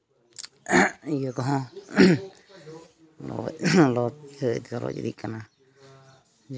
ᱤᱭᱟᱹ ᱠᱚᱦᱚᱸ ᱞᱚᱞᱚ ᱤᱫᱤᱜ ᱠᱟᱱᱟ